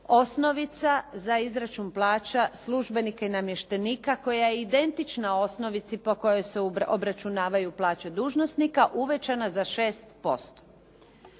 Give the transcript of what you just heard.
osnovica za izračun plaća službenika i namještenika koja je identična osnovici po kojoj se obračunavaju plaće dužnosnika uvećana za 6%.